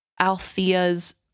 Althea's